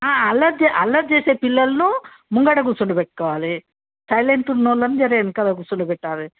అల్లరి చే అల్లరి చేసే పిల్లలను ముంగిట కూర్చుండ పెట్టుకోవాలి మీరు సైలెంట్ ఉన్నోళ్ళను జర వెనకాల కూర్చుండ పెట్టాలి